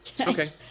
Okay